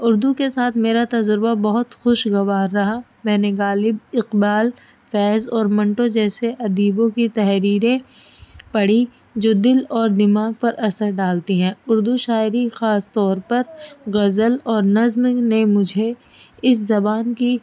اردو کے ساتھ میرا تجربہ بہت خوشگوار رہا میں نے غالب اقبال فیض اور منٹوں جیسے ادیبوں کی تحریریں پڑھی جو دل اور دماغ پر اثر ڈالتی ہیں اردو شاعری خاص طور پر غزل اور نظم نے مجھے اس زبان کی